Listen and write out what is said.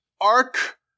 ark